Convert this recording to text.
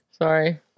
sorry